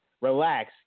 relax